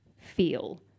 feel